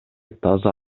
таза